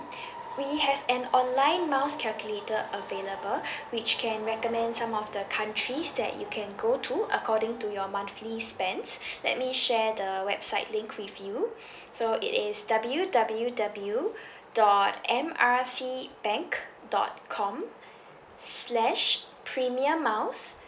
we have an online miles calculator available which can recommend some of the countries that you can go to according to your monthly spends let me share the website link with you so it is W_W_W dot M R C bank dot com slash premium miles